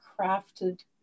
crafted